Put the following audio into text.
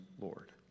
Lord